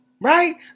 right